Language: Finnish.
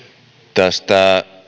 tästä